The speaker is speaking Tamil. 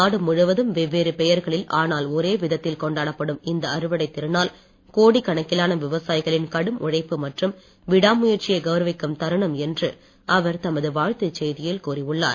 நாடு முழுவதும் வெவ்வேறு பெயர்களில் ஆனால் ஒரே விதத்தில் கொண்டாடப்படும் இந்த அறுவடைத் திருநாள் கோடிக் கணக்கிலான விவசாயிகளின் கடும் உழைப்பு மற்றும் விடாமுயற்சியை கவுரவிக்கும் தருணம் என்று அவர் தமது வாழ்த்துச் செய்தியில் கூறியுள்ளார்